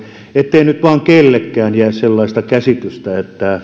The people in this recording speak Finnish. ettei nyt vain kellekään jää väärää käsitystä